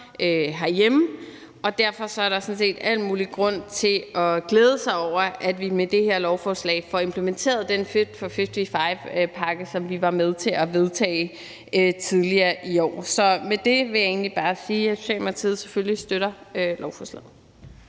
herhjemme, og derfor er der sådan set al mulig grund til at glæde sig over, at vi med det her lovforslag får implementeret den Fit for 55-pakke, som vi var med til at vedtage tidligere i år. Så med det vil jeg egentlig bare sige, at Socialdemokratiet selvfølgelig støtter lovforslaget.